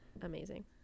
amazing